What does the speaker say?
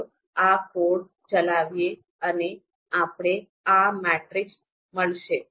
ચાલો આ કોડ ચલાવીએ અને આપણે આ મેટ્રિક્સ મળશે